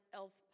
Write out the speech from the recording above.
elf